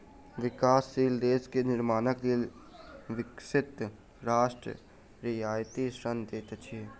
विकासशील देश के निर्माणक लेल विकसित राष्ट्र रियायती ऋण दैत अछि